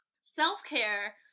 self-care